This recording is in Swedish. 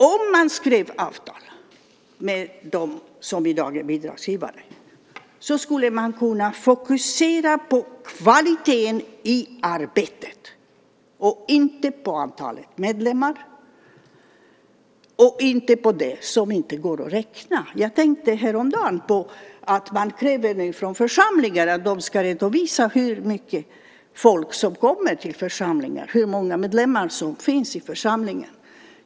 Om man skrev avtal med dem som i dag är bidragsgivare skulle man kunna fokusera på kvaliteten i arbetet och inte på antalet medlemmar och inte på det som inte går att räkna. Jag tänkte häromdagen på att man krävde pengar från mig från församlingen. De ska redovisa hur mycket folk som kommer till församlingen och hur många medlemmar som finns i församlingen.